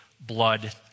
Blood